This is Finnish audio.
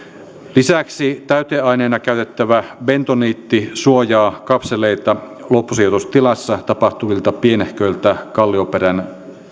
lisäksi täyteaineena käytettävä bentoniitti suojaa kapseleita loppusijoitustilassa tapahtuvilta pienehköiltä kallioperän liikunnoilta